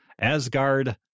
Asgard